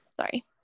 Sorry